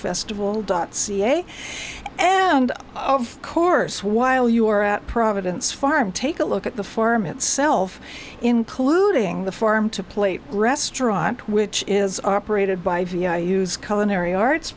festival dot ca and of course while you're at providence farm take a look at the form itself including the farm to plate restaurant which is operated by vi use common area arts